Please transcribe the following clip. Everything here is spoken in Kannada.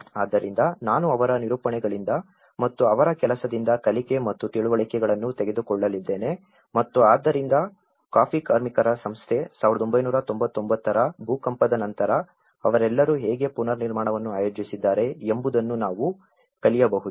ಆದ್ದರಿಂದ ನಾನು ಅವರ ನಿರೂಪಣೆಗಳಿಂದ ಮತ್ತು ಅವರ ಕೆಲಸದಿಂದ ಕಲಿಕೆ ಮತ್ತು ತಿಳುವಳಿಕೆಗಳನ್ನು ತೆಗೆದುಕೊಳ್ಳಲಿದ್ದೇನೆ ಮತ್ತು ಆದ್ದರಿಂದ ಕಾಫಿ ಕಾರ್ಮಿಕರ ಸಂಸ್ಥೆ 1999 ರ ಭೂಕಂಪದ ನಂತರ ಅವರೆಲ್ಲರೂ ಹೇಗೆ ಪುನರ್ನಿರ್ಮಾಣವನ್ನು ಆಯೋಜಿಸಿದ್ದಾರೆ ಎಂಬುದನ್ನು ನಾವು ಕಲಿಯಬಹುದು